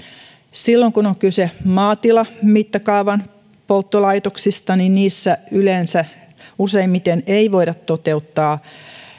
silloin kun on kyse maatilamittakaavan polttolaitoksista niissä yleensä useimmiten ei voida toteuttaa